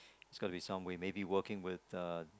it's gotta be some way maybe working with uh